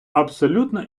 абсолютно